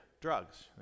Drugs